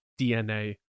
DNA